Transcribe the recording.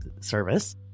service